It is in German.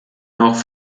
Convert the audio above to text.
noch